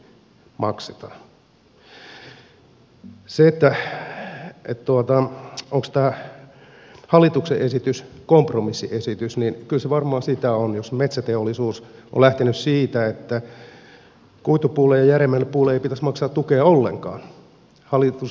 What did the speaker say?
mitä tulee siihen onko tämä hallituksen esitys kompromissiesitys niin kyllä se varmaan sitä on jos metsäteollisuus on lähtenyt siitä että kuitupuulle ja järeämmälle puulle ei pitäisi maksaa tukea ollenkaan